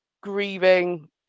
grieving